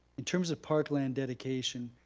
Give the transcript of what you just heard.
in terms of park land dedication